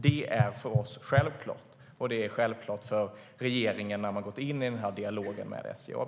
Det är för oss självklart, och det är självklart för regeringen när man har gått in i dialogen med SJ AB.